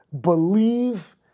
Believe